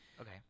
Okay